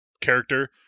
character